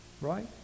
right